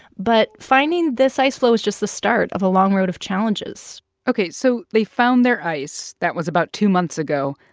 but finding this ice floe is just the start of a long road of challenges ok, so they found their ice. that was about two months ago.